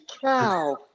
cow